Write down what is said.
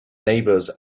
neighbors